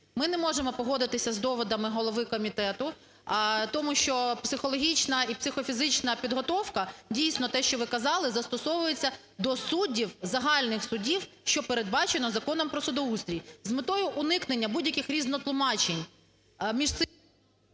Ми не можемо погодитися з доводами голови комітету, тому що психологічна і психофізична підготовка, дійсно, те, що ви казали, застосовується до суддів загальних судів, що передбачено Законом про судоустрій. З метою уникнення будь-яких різнотулумачень між…